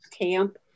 Camp